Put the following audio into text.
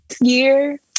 year